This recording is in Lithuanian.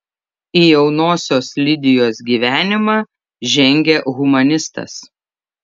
į jaunosios lidijos gyvenimą žengia humanistas